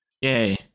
Yay